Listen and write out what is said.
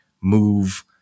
move